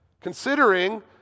considering